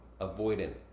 avoidant